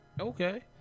Okay